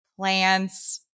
plants